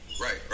right